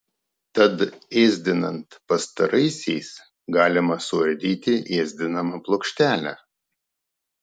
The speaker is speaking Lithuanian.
tad ėsdinant pastaraisiais galima suardyti ėsdinamą plokštelę